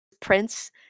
prince